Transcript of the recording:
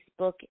Facebook